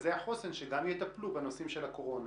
מרכזי החוסן שגם יטפלו בנושאים של הקורונה.